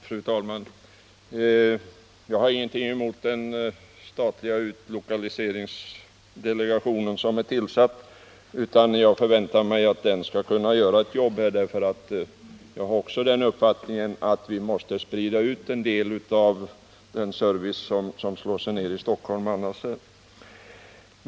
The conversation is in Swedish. Fru talman! Jag har ingenting emot den tillsatta statliga decentraliseringsdelegationen, utan jag förväntar mig att den skall kunna göra ett bra jobb. Jag har också den uppfattningen att vi måste sprida ut en del av den service som annars samlar sig här i Stockholm.